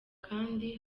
kandi